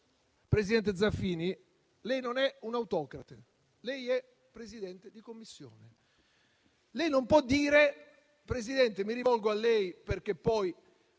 Presidente Zaffini, le dico che lei non è un autocrate, ma un Presidente di Commissione; lei non può dire - Presidente, mi rivolgo a lei perché poi